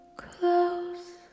close